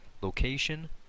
location